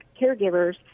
caregivers